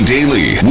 Daily